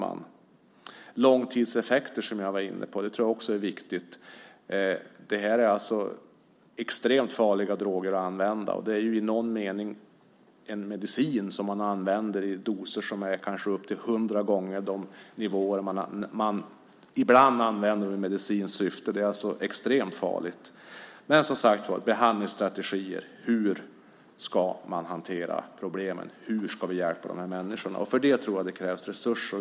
Det är också viktigt att se på långtidseffekterna. Det är extremt farliga droger, och de är i någon mening mediciner som används i upp till hundra gånger så starka doser som de ska användas i i medicinskt syfte. Det är extremt farligt. Det är alltså fråga om behandlingsstrategier. Hur ska problemen hanteras? Hur ska vi hjälpa dessa människor? För det krävs resurser.